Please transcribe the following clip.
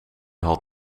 had